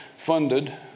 funded